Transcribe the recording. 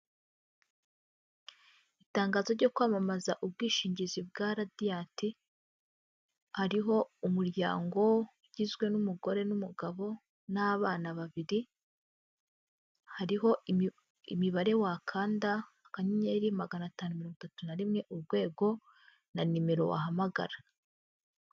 Itangazo ryo kwamamaza ubwishingizi bwa radiyati, hariho umuryango ugizwe n'umugore n'umugabo n'abana babiri, hariho imibare wakanda akanyenyeri magana atanu mirongo itatu na rimwe urwego na nimero wahamagara.